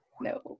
No